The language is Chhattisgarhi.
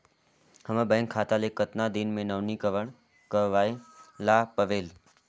हमर बैंक खाता ले कतना दिन मे नवीनीकरण करवाय ला परेल?